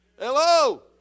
Hello